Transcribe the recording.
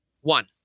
One